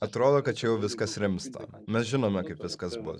atrodo kad čia jau viskas rimsta mes žinome kaip viskas bus